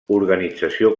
organització